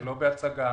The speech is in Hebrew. ולא בהצגה,